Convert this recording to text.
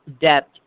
debt